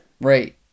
Right